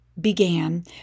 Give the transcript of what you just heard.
began